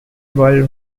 world